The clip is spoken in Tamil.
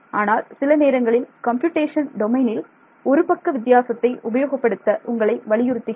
ஆனால் சில நேரங்களில் கம்ப்யூட்டேஷன் டொமைனில் ஒருபக்க வித்தியாசத்தை உபயோகப்படுத்த உங்களை வலியுறுத்துகிறேன்